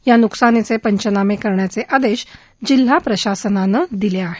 या न्कसानीचे पंचनामे करण्याचे आदेश जिल्हा प्रशासनानं दिले आहेत